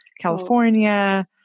California